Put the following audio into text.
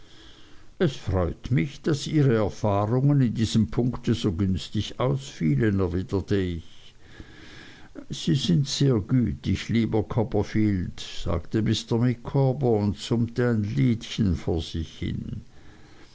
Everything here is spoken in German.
es freut mich daß ihre erfahrungen in diesem punkte so günstig ausfielen erwiderte ich sie sind sehr gütig lieber copperfield sagte mr micawber und summte ein liedchen vor sich hin